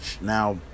now